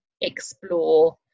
explore